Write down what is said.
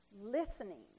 listening